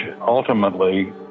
ultimately